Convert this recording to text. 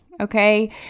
okay